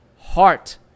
heart